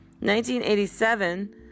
1987